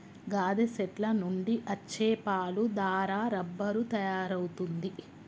గాదె సెట్ల నుండి అచ్చే పాలు దారా రబ్బరు తయారవుతుంది